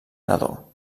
nadó